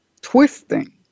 twisting